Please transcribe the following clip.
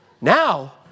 Now